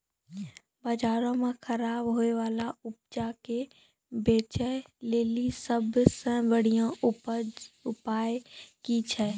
बजारो मे खराब होय बाला उपजा के बेचै लेली सभ से बढिया उपाय कि छै?